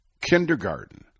kindergarten